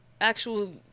actual